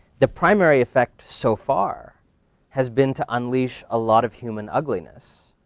the primary effect so far has been to unleash a lot of human ugliness.